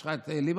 יש לך את ליברמן,